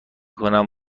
کنم